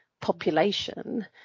Population